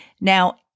Now